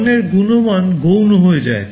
পণ্যের গুণমান গৌণ হয়ে যায়